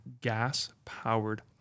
gas-powered